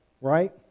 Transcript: right